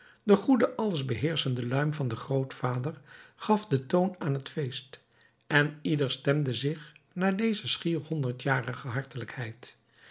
de goede alles beheerschende luim van den grootvader gaf den toon aan het feest en ieder stemde zich naar deze schier honderdjarige hartelijkheid